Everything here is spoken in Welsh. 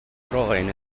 groen